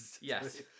Yes